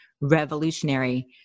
revolutionary